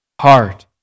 heart